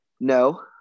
No